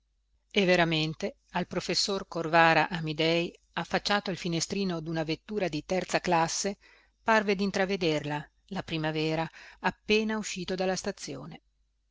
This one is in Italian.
qua e veramente al professor corvara amidei affacciato al finestrino duna vettura di terza classe parve dintravederla la primavera appena uscito dalla stazione